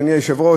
אדוני היושב-ראש,